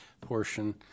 portion